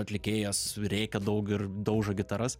atlikėjas rėkia daug ir daužo gitaras